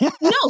No